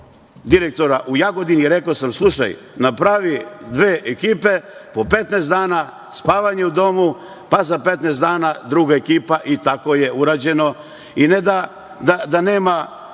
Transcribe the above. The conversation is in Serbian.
direktora u Jagodini i rekao sam - Slušaj, napravi dve ekipe po 15 dana, spavanje u domu, pa za 15 dana druga ekipa. Tako je i urađeno. I ne da nema